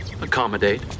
Accommodate